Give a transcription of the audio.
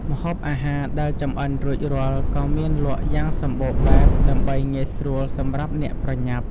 ម្ហូបអាហារដែលចម្អិនរួចរាល់ក៏មានលក់យ៉ាងសម្បូរបែបដើម្បីងាយស្រួលសម្រាប់អ្នកប្រញាប់។